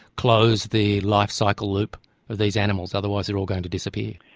close the life cycle loop of these animals, otherwise they are all going to disappear.